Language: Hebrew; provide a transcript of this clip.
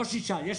לא שישה, יש